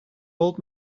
old